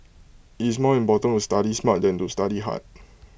it's more important to study smart than to study hard